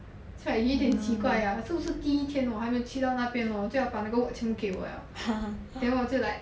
so like 有一点奇怪 lah 是不是第一天我还没有去到那边 hor 就要把那个 work 全部给我 liao then 我就 like